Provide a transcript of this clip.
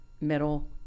middle